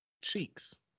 Cheeks